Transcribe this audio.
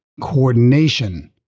coordination